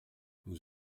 nous